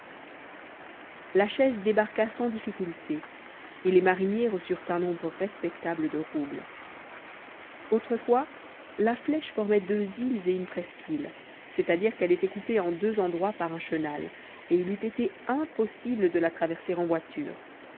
la chaise débarqua sans difficulté et les mariniers reçurent un nombre respectable de roubles autrefois la flèche formait deux îles et une presqu'île c'est-à-dire qu'elle était coupée en deux endroits par un chenal et il eût été impossible de la traverser en voiture